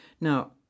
Now